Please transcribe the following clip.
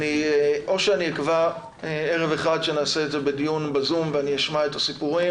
או שאני אקבע ערב אחד שנעשה דיון בזום ואני אשמע את הסיפורים